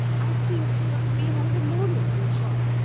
i seemed to have been all the morning in the shop.